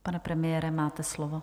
Pane premiére, máte slovo.